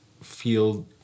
feel